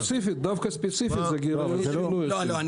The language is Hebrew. ספציפית, דווקא ספציפית, זה גיליון --- לא, לא.